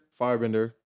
firebender